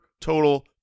total